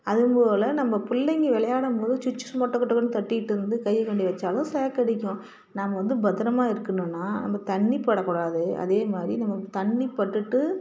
அது போல் நம்ம பிள்ளைங்க வெளையாடும் போதும் சுவிட்ச் சும்மா டொக்கு டொக்குன்னு தட்டிகிட்டு இருந்து கையை கொண்டு வச்சாலும் ஸேக் அடிக்கும் நம்ம வந்து பத்திரமா இருக்கணுன்னால் நம்ம தண்ணி படக்கூடாது அதே மாதிரி நமக்கு தண்ணி பட்டுவிட்டு